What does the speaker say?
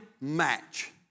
match